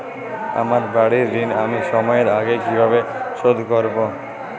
আমার বাড়ীর ঋণ আমি সময়ের আগেই কিভাবে শোধ করবো?